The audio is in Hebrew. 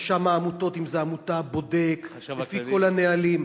רשם העמותות, אם זו עמותה, בודק לפי כל הנהלים.